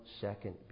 second